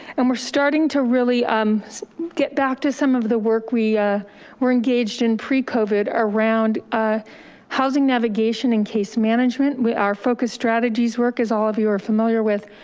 and we're starting to really um get back to some of the work we were engaged in pre-covid around housing navigation and case management. we are focused strategies work as all of you are familiar with,